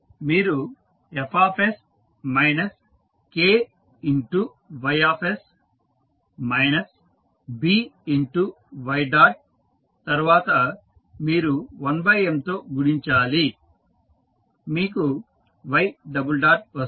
మీరు fs Kxys Bxy dot తర్వాత మీరు 1M తో గుణించాలి మీకు y డబుల్ డాట్ వస్తుంది